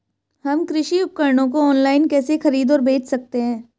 हम कृषि उपकरणों को ऑनलाइन कैसे खरीद और बेच सकते हैं?